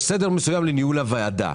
יש סדר מסוים לניהול הוועדה.